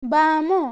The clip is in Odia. ବାମ